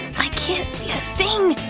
i can't see a thing!